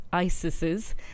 ISIS's